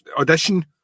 Audition